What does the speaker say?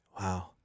Wow